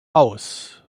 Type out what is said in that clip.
aus